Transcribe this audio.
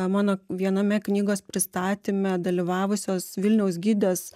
mano viename knygos pristatyme dalyvavusios vilniaus gidės